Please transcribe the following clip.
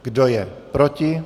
Kdo je proti?